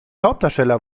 hauptdarsteller